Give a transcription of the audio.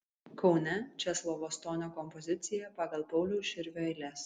kaune česlovo stonio kompozicija pagal pauliaus širvio eiles